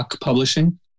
Publishing